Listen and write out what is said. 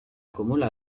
acumula